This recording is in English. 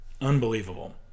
Unbelievable